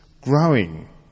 growing